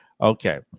Okay